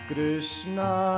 Krishna